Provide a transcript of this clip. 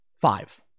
Five